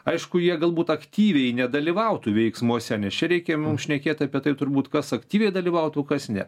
aišku jie galbūt aktyviai nedalyvautų veiksmuose nes čia reikia mums šnekėt apie tai turbūt kas aktyviai dalyvautų kas ne